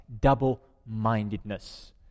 double-mindedness